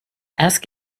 ask